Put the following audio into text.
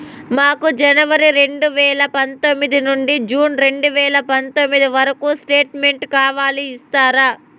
మాకు జనవరి రెండు వేల పందొమ్మిది నుండి జూన్ రెండు వేల పందొమ్మిది వరకు స్టేట్ స్టేట్మెంట్ కావాలి ఇస్తారా